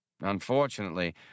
Unfortunately